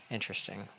Interesting